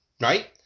right